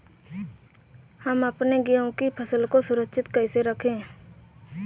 हम अपने गेहूँ की फसल को सुरक्षित कैसे रखें?